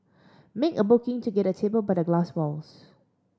make a booking to get a table by the glass walls